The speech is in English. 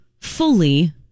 fully